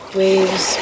waves